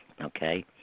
okay